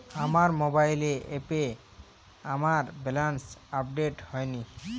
আমার মোবাইল অ্যাপে আমার ব্যালেন্স আপডেট হয়নি